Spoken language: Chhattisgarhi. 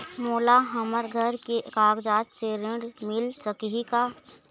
मोला हमर घर के कागजात से ऋण मिल सकही का?